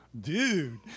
Dude